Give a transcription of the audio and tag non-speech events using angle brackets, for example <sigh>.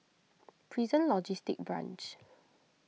<noise> Prison Logistic Branch